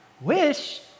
Wish